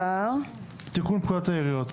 תיקון פקודת העיריות.